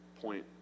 point